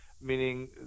meaning